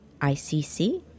ICC